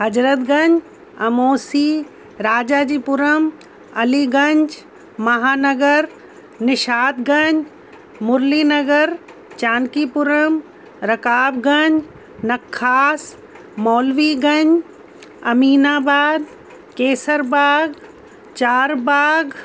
Hazratganj Amausi Rajajipuram Aliganj Mahanagar Nishatganj Murli Nagar Chanakyapuram Rakabganj Nakhas Maulviganj Aminabad Kaiserbagh Charbagh